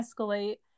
escalate